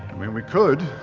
i mean, we could.